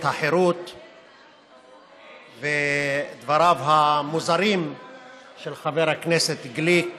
החירות ודבריו המוזרים של חבר הכנסת גליק,